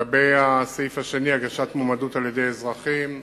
3. לגבי הגשת מועמדות על-ידי אזרחים,